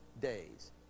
days